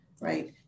right